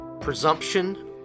presumption